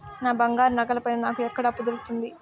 నా బంగారు నగల పైన నాకు ఎక్కడ అప్పు దొరుకుతుంది